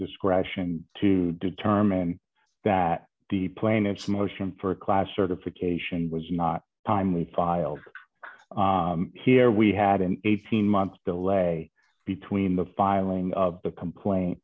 discretion to determine that the plaintiff's motion for a class certification was not timely filed here we had an eighteen month delay between the filing of the complaint